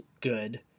good